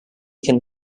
can